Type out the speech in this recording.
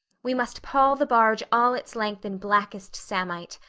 we must pall the barge all its length in blackest samite.